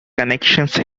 connections